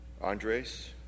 Andres